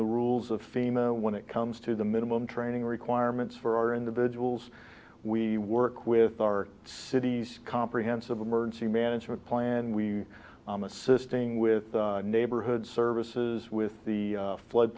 the rules of female when it comes to the minimum training requirements for our individuals we work with our city's comprehensive emergency management plan we assisting with neighborhood services with the flood